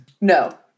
no